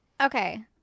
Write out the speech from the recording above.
Okay